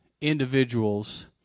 individuals